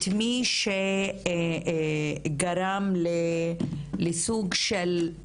את מי שגרם לסוג של,